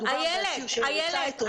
מדובר באסיר שריצה את עונשו.